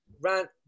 rant